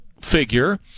figure